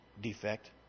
defect